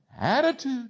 attitude